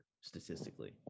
statistically